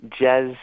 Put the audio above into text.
Jazz